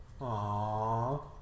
aww